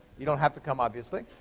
you don't have to come, obviously.